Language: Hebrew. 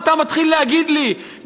אתה מתחיל להגיד לי,